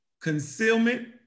Concealment